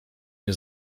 nie